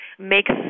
makes